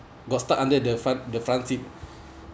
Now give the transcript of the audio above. got stuck under the front the front seat